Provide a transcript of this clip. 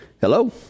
Hello